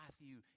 matthew